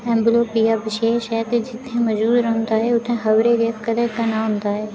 ऐम्ब्रोपिया विशेश ऐ ते जित्थै मजूद रौंह्दा ऐ उत्थै खबरै गै कदें घना होंदा ऐ